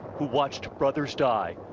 who watched brothers die,